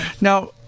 Now